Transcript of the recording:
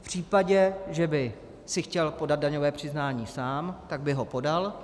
V případě, že by si chtěl podat daňové přiznání sám, tak by ho podal.